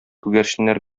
күгәрченнәр